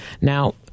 Now